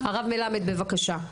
הרב מלמד, בבקשה.